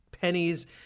pennies